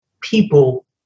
people